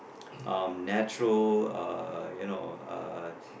um natural uh you know uh